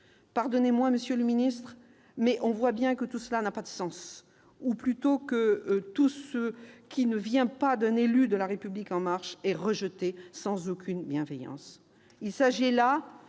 Pardonnez-moi, monsieur le ministre, mais on voit bien que tout cela n'a pas de sens, ou plutôt que tout ce qui ne vient pas d'un élu de La République En Marche est rejeté sans aucune bienveillance